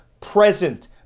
present